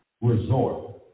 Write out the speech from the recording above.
resort